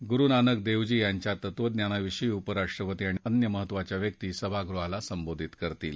गुरुनानक देवजी यांच्या तत्वज्ञानाविषयी उपराष्ट्रपती आणि निर महत्त्वाच्या व्यक्ती सभागृहाला संबोधित करतील